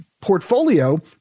portfolio